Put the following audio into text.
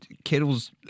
Kittle's